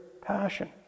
passion